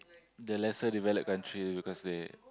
the lesser developed country because they